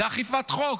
זה אכיפת חוק.